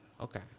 Okay